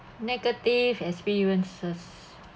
negative experiences